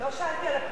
לא שאלתי על הפרקטיקה.